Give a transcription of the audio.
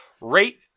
rate